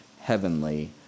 heavenly